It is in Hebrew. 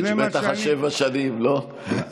בטח שבע השנים, לא?